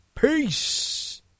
Peace